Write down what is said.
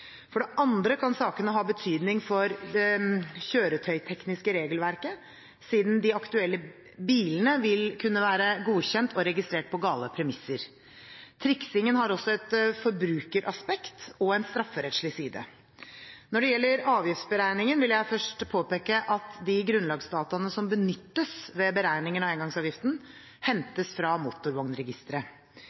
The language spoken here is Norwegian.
For det andre kan sakene ha betydning for det kjøretøytekniske regelverket siden de aktuelle bilene vil kunne være godkjent og registrert på gale premisser. Triksingen har også et forbrukeraspekt og en strafferettslig side. Når det gjelder avgiftsberegningen, vil jeg først påpeke at de grunnlagsdataene som benyttes ved beregningen av engangsavgiften, hentes fra motorvognregisteret.